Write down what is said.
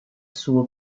suo